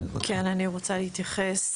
כן, אני רוצה להתייחס.